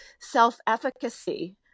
self-efficacy